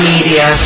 Media